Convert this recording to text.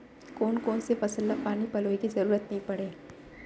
कोन कोन से फसल ला पानी पलोय के जरूरत नई परय?